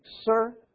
sir